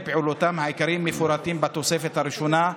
פעילותם העיקריים מפורטים בתוספת הראשונה,